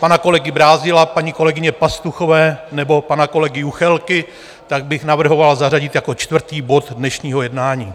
pana kolegy Brázdila a paní kolegyně Pastuchové nebo pana kolegy Juchelky, tak bych navrhoval zařadit jako čtvrtý bod dnešního jednání.